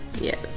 Yes